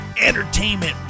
entertainment